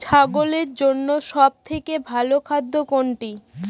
ছাগলের জন্য সব থেকে ভালো খাদ্য কোনটি?